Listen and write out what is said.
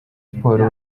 sports